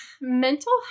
Mental